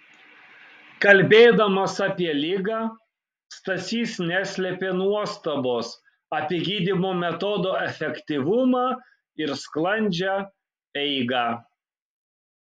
kalbėdamas apie ligą stasys neslėpė nuostabos apie gydymo metodo efektyvumą ir sklandžią eigą